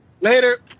Later